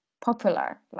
popular